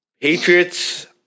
Patriots